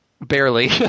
Barely